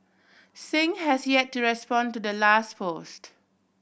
Singh has yet to respond to the last post